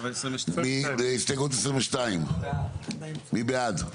מספר 22. הסתייגות מספר 22. מי בעד?